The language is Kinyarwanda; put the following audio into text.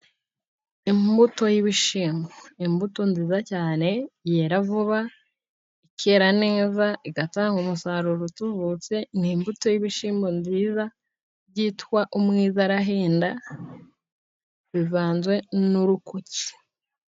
Imbuto y'ibishyimbo; imbuto nziza cyane, yera vuba, ikera neza, igatanga umusaruro utubutse. Ni imbuto y'ibishyimbo nziza yitwa umwibarahinda ivanze n'urukuki.